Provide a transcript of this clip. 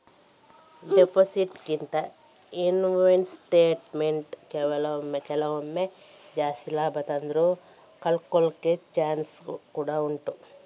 deposit ಗಿಂತ investment ಕೆಲವೊಮ್ಮೆ ಜಾಸ್ತಿ ಲಾಭ ತಂದ್ರೂ ಕಳ್ಕೊಳ್ಳೋ ಚಾನ್ಸ್ ಕೂಡಾ ಉಂಟು